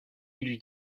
élu